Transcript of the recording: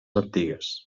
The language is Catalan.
antigues